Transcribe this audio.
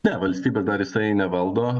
ne valstybę dar jisai nevaldo